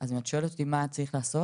אז אם את שואלת אותי מה צריך לעשות